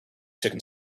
chicken